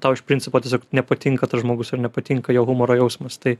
tau iš principo tiesiog nepatinka tas žmogus ar nepatinka jo humoro jausmas tai